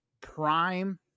prime